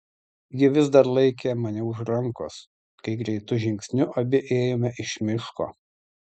ji vis dar laikė mane už rankos kai greitu žingsniu abi ėjome iš miško